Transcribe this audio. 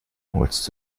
holst